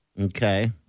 Okay